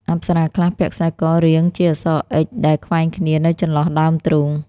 អប្សរាខ្លះពាក់ខ្សែករាងជាអក្សរ "X" ដែលខ្វែងគ្នានៅចន្លោះដើមទ្រូង។